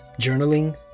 journaling